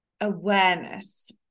awareness